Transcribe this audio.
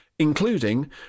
including